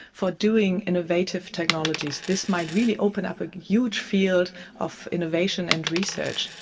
for doing innovative technologies, this might really open up a huge field of innovation and research.